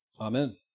Amen